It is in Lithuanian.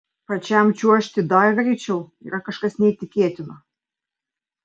pačiam čiuožti dar greičiau yra kažkas neįtikėtino